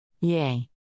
Yay